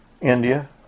India